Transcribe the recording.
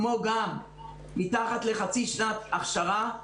כמו גם מתחת לחצי שנת אכשרה.